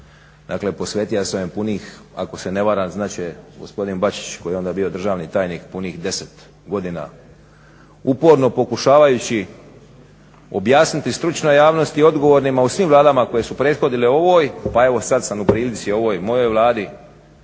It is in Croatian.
dakle posvetia sam im punih ako se ne varam, znat će gospodin Bačić koji je onda bio državni tajnik punih 10 godina, uporno pokušavajući objasniti stručnoj javnosti i odgovornima u svim vladama koje su prethodile ovoj pa evo sad sam u prilici ovoj mojoj Vladi